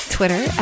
Twitter